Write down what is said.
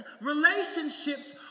relationships